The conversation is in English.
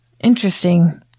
Interesting